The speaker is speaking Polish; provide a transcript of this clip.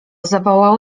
zawołał